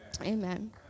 amen